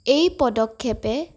এই পদক্ষেপে